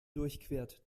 durchquert